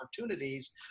opportunities